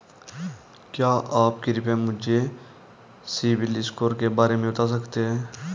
क्या आप कृपया मुझे सिबिल स्कोर के बारे में बता सकते हैं?